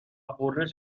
غرش